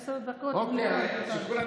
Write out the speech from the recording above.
עשר דקות נגמרו.